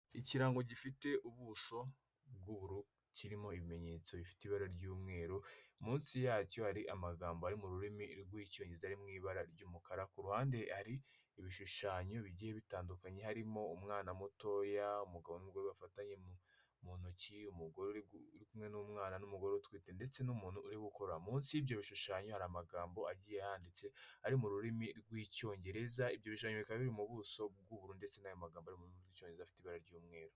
Ikirango gifite ubuso bw'ubururu, kirimo ibimenyetso bifite ibara ry'umweru, munsi yacyo hari amagambo ari mu rurimi rw'Icyongereza, ari mu ibara ry'umukara. Ku ruhande hari ibishushanyo bigiye bitandukanye; harimo umwana mutoya, umugabo n'umugore bafatanye mu ntoki, umugore uri kumwe n'umwana, n'umugore utwite, ndetse n'umuntu uri gukora. Munsi y'ibyo bishushanyo hari amagambo agiye yanditse, ari mu rurimi rw'Icyongereza. Ibyo bishushanyo bikaba biri mu buso bw'ubururu ndetse n'ayo magambo ari mu rurimi rw'Icyongereza afite ibara ry'umweru.